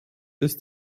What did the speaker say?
ist